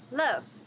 love